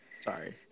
Sorry